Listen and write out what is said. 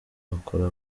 hakora